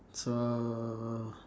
so